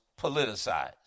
politicized